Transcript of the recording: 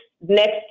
next